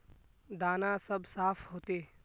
दाना सब साफ होते?